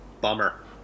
Bummer